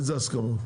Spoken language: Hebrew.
איזה הסכמות?